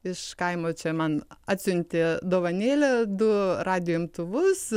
iš kaimo čia man atsiuntė dovanėlę du radijo imtuvus